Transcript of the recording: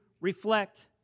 reflect